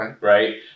right